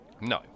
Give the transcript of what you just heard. No